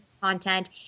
content